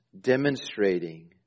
Demonstrating